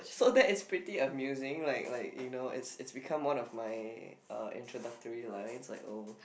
so that is pretty amusing like like you know it's it's become one of my uh introductory lines like oh